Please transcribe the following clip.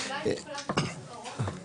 אז אולי אני יכולה משפט אחרון?